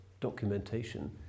documentation